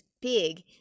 big